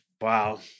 wow